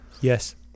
Yes